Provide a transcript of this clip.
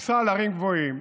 וטיפסה על הרים גבוהים.